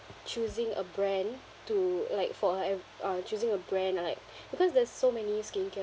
choosing a brand to like for like uh uh choosing a brand I like because there's so many skincare